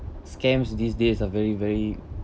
scams these days are very very